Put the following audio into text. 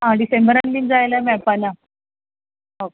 आं डिसेंबरान बी जाय जाल्यार मेळपा ना ओके